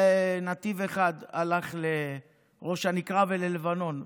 ונתיב אחד הלך לראש הנקרה וללבנון.